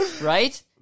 Right